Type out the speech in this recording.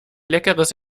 leckeres